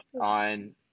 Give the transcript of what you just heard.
on